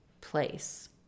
place